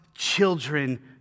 children